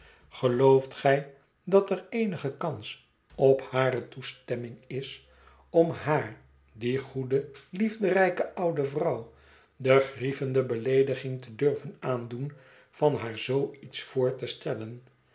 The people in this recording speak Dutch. gelooft gij dat er eenige kans op hare toestemming is om haar die goede liefderijke oude vrouw de grievende beleediging te durven aandoen van haar zoo iets voor te stellen